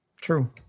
true